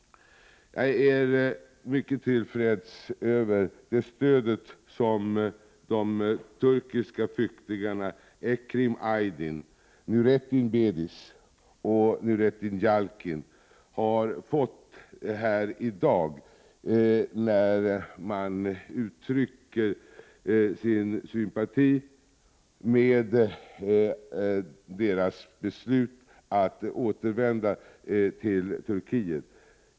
Jag är mycket till freds med det stöd som de turkiska flyktingarna Ekrem Aydin, Nurettin Bediz och Nurettin Yalcin har fått här i dag när man uttrycker sin sympati för deras beslut att återvända till Turkiet.